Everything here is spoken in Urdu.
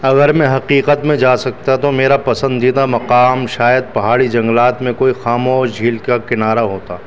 اگر میں حقیقت میں جا سکتا تو میرا پسندیدہ مقام شاید پہاڑی جنگلات میں کوئی خاموش جھیل کا کنارہ ہوتا